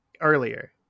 earlier